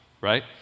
Right